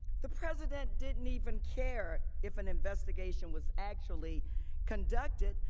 the president didn't even care if an investigation was actually conducted.